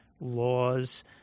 laws